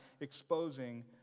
exposing